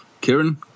Kieran